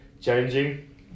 changing